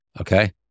okay